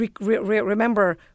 Remember